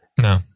No